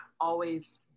always-